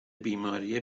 بیماری